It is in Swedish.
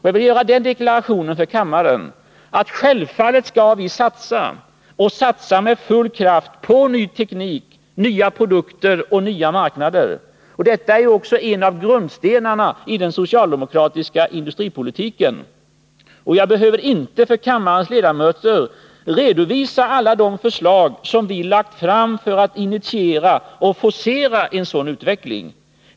Jag vill göra den deklarationen för kammaren, att självfallet skall vi satsa — och satsa med full kraft — på ny teknik, nya produkter och nya marknader. Detta är också en av grundstenarna i den socialdemokratiska industripolitiken. Jag behöver inte för kammarens ledamöter redovisa alla de förslag som vi har lagt fram för att initiera och forcera en sådan utveckling.